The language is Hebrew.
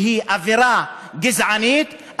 שהיא אווירה גזענית,